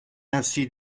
ainsi